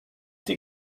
die